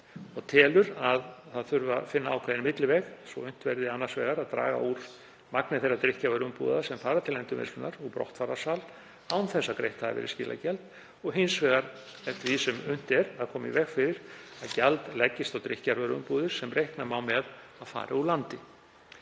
og telur að finna þurfi ákveðinn milliveg svo unnt verði að draga úr magni þeirra drykkjarvöruumbúða sem fara til endurvinnslunnar úr brottfararsal án þess að greitt hafi verið skilagjald og hins vegar, eftir því sem unnt er, að koma í veg fyrir að gjald leggist á drykkjarvöruumbúðir sem reikna má með að fari úr landi.